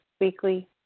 weekly